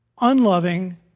unloving